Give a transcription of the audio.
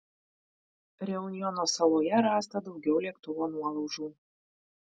reunjono saloje rasta daugiau lėktuvo nuolaužų